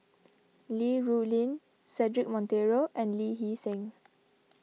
Li Rulin Cedric Monteiro and Lee Hee Seng